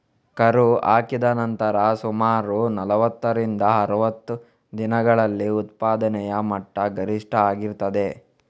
ಕರು ಹಾಕಿದ ನಂತರ ಸುಮಾರು ನಲುವತ್ತರಿಂದ ಅರುವತ್ತು ದಿನಗಳಲ್ಲಿ ಉತ್ಪಾದನೆಯ ಮಟ್ಟ ಗರಿಷ್ಠ ಆಗಿರ್ತದೆ